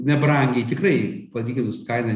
nebrangiai tikrai palyginus kaina